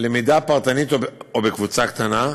למידה פרטנית או בקבוצה קטנה,